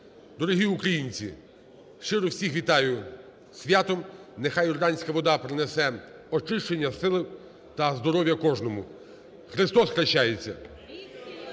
Дорогі українці, щиро всіх вітаю зі святом. Нехай Йорданська вода принесе очищення, силу та здоров'я кожному. Христос хрещається!